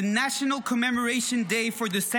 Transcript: The national commemoration day from the San